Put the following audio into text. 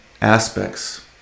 aspects